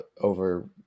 over